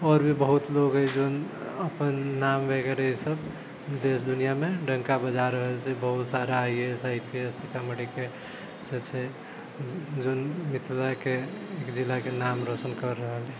आओर भी बहुत लोक अछि जौन अपन नाम वगैरह इसभ देश दुनियामे डंका बजा रहल छै जाहिसे बहुत सारा I A S I P S सीतामढ़ीके से छै जौन मिथिलाके जिलाके नाम रौशन करि रहल अछि